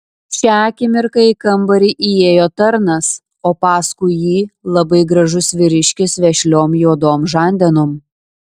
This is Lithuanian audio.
šią akimirką į kambarį įėjo tarnas o paskui jį labai gražus vyriškis vešliom juodom žandenom